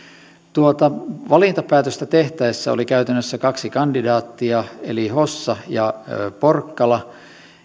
tuota valintapäätöstä tehtäessä oli käytännössä kaksi kandidaattia eli hossa ja porkkala